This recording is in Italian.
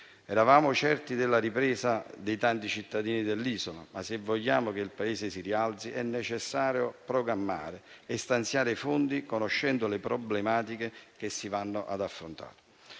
Eravamo certi della ripresa dei tanti cittadini dell'isola. Ma, se vogliamo che il Paese si rialzi, è necessario programmare e stanziare fondi conoscendo le problematiche che si vanno ad affrontare.